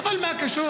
אבל מה קשור?